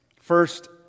First